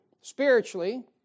spiritually